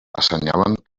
assenyalen